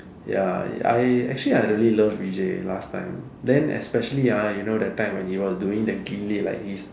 ya I actually I really love Vijay last time then especially ah you know that time when he was doing that கில்லி:killi like he's